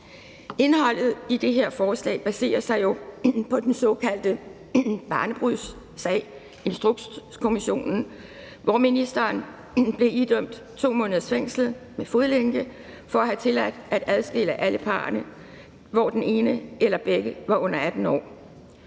Indholdet i det her forslag baserer sig jo på den såkaldte barnebrudssag, Instrukskommissionen, hvor ministeren blev idømt 2 måneders fængsel med fodlænke for at have tilladt at adskille alle parrene, hvor den ene eller begge var under 18 år.